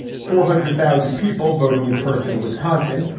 four hundred thousand people voting in person in wisconsin,